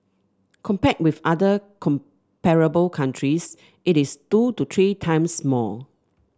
compared with other comparable countries it is two to three times more